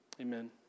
Amen